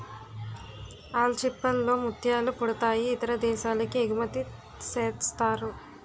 ఆల్చిచిప్పల్ లో ముత్యాలు పుడతాయి ఇతర దేశాలకి ఎగుమతిసేస్తారు